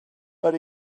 but